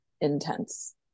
Intense